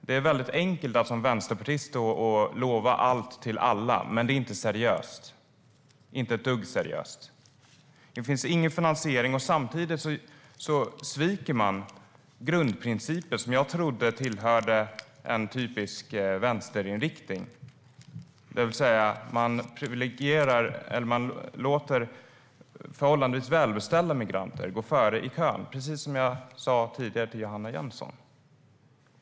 Det är enkelt för en vänsterpartist att stå och lova allt åt alla, men det är inte ett dugg seriöst. Det finns ingen finansiering, och man sviker grundprinciper som jag trodde tillhörde en typisk vänsterinriktning, det vill säga man låter förhållandevis välbeställda migranter gå före i kön, precis som jag sa tidigare till Johanna Jönsson.